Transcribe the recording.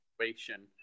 situation